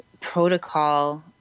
protocol